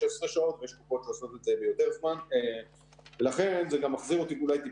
ב-16 שעות ויש קופות שעושות את זה ביותר זמן,